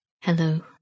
Hello